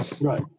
Right